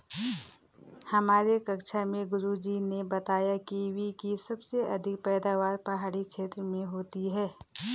हमारी कक्षा के गुरुजी ने बताया कीवी की सबसे अधिक पैदावार पहाड़ी क्षेत्र में होती है